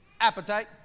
appetite